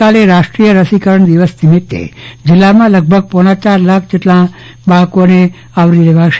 આવતીકાલે રાષ્ટ્રીય રસીકરણ દિવસ નિમિતે જિલ્લામાં લગભગ પોણા ચાર લાખ જેટલા બાળકોને આવરો લવામાં આવશ